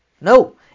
No